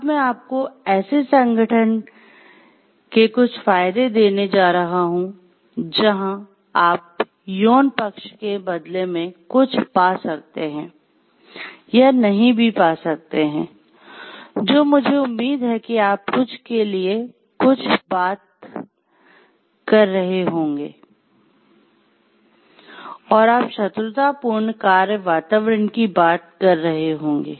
अब मैं आपको ऐसे संगठन के कुछ फायदे देने जा रहा हूं जहाँ आप यौन पक्ष के बदले में कुछ पा सकते हैं या नहीं भी पा सकते हैं जो मुझे उम्मीद है कि आप कुछ के लिए कुछ बात कर रहे होंगे और आप शत्रुतापूर्ण कार्य वातावरण की बात कर रहे होंगे